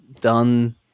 done